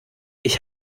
ich